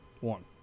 one